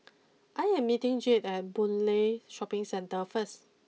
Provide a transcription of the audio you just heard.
I am meeting Jade at Boon Lay Shopping Centre first